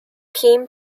team